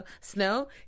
snow